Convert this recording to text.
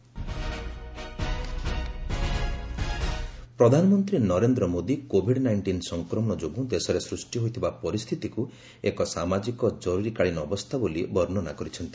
PM interaction ପ୍ରଧାନମନ୍ତ୍ରୀ Narendra Modi covid nineteen ସଂକ୍ରମଣ ଯୋଗୁଁ ଦେଶରେ ସୃଷ୍ଟି ହୋଇଥିବା ପରିସ୍ଥିତିକୁ ଏକ ସାମାଜିକ ଜରୁରିକାଳୀନ ଅବସ୍ଥା ବୋଲି ବର୍ଷନା କରିଛନ୍ତି